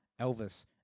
Elvis